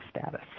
status